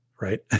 Right